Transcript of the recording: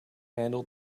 handle